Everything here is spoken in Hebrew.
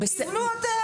תבנו אתם.